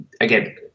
again